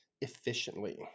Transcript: efficiently